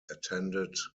attended